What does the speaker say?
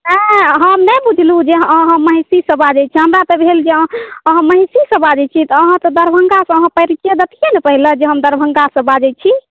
एँ हम नहि बुझलहुँ जे अहाँ महिषीसँ बाजैत छी हमरा तऽ भेल जे अहाँ महिषीसँ बाजैत छी तऽ अहाँ तऽ दरभङ्गा अहाँ कहि देतियै ने पहिले जे हम दरभङ्गासँ बाजै छी